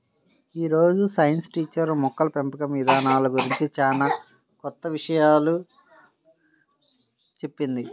యీ రోజు science teacher మొక్కల పెంపకం ఇదానాల గురించి చానా కొత్త విషయాలు చెప్పింది